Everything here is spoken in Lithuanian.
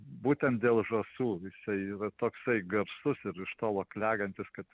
būtent dėl žąsų jisai yra toksai garsus ir iš tolo klegantis kad